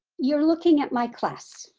you're looking at my class.